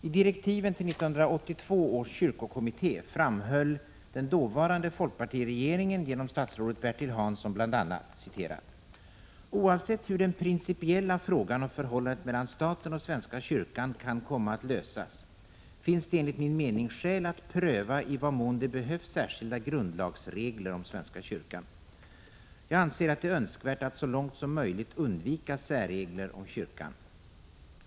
I direktiven till 1982 års kyrkokommitté framhöll dåvarande folkpartiregeringen genom statsrådet Bertil Hansson bl.a.: ”Oavsett hur den principiella frågan om förhållandet mellan staten och Svenska kyrkan kan komma att lösas finns det enligt min mening skäl att pröva i vad mån det behövs särskilda grundlagsregler om Svenska kyrkan. Jag anser att det är önskvärt att så långt som möjligt undvika särregler om kyrkan.